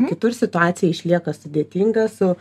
kitur situacija išlieka sudėtinga su